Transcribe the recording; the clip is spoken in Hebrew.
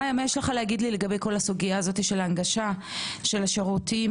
יש לך לומר על ההנגשה של השירותים